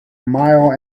mile